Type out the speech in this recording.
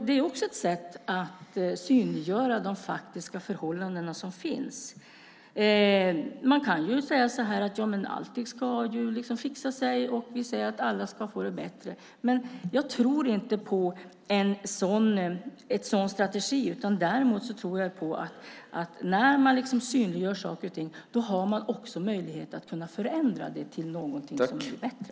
Det är också ett sätt att synliggöra de faktiska förhållandena. Man kan ju säga att allt ska fixa sig och att alla ska få det bättre. Jag tror inte på en sådan strategi. Däremot tror jag att när man synliggör saker och ting har man möjlighet att förändra det till någonting som blir bättre.